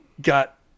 Got